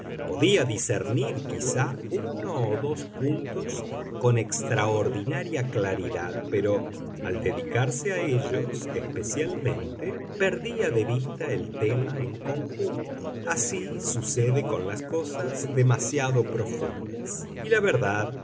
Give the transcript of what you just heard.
podía discernir quizá uno o dos puntos con extraordinaria claridad pero al dedicarse a ellos especialmente perdía de vista el tema en conjunto así sucede con las cosas demasiado profundas y la verdad